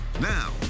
Now